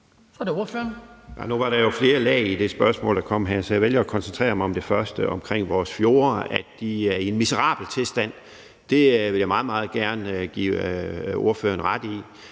Nu var der jo flere lag i det spørgsmål, der kom her, så jeg vælger at koncentrere mig om det første om, at vores fjorde er i en miserabel tilstand. Det vil jeg meget, meget gerne give ordføreren ret i.